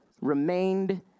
remained